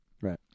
Right